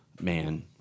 Man